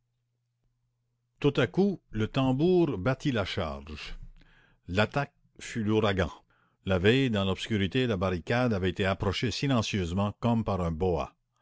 tout à coup le tambour battit la charge l'attaque fut l'ouragan la veille dans l'obscurité la barricade avait été approchée silencieusement comme par un boa